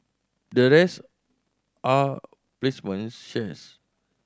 the rest are placement shares